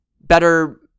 better